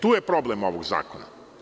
Tu je problem ovog zakona.